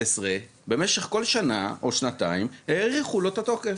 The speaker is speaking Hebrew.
במשך כל שנה או שנתיים האריכו לו את התוקף.